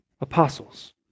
apostles